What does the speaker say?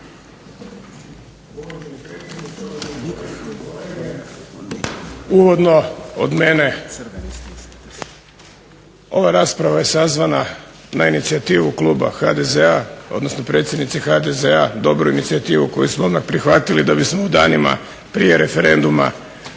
Uvodno od mene ova rasprava je sazvana na inicijativu kluba HDZ-a, odnosno predsjednice HDZ-a, dobru inicijativu koju smo odmah prihvatili da bismo u danima prije referenduma